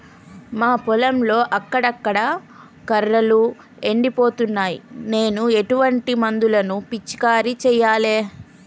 మా పొలంలో అక్కడక్కడ కర్రలు ఎండిపోతున్నాయి నేను ఎటువంటి మందులను పిచికారీ చెయ్యాలే?